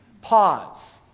pause